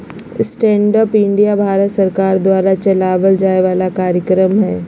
stand up India Bharat सरकार द्वारा चलावल जाय वाला कार्यक्रम हय